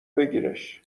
بگیرش